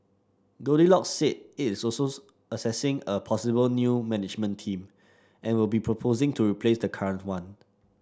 Goldilocks said it is also assessing a possible new management team and will be proposing to replace the current one